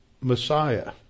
Messiah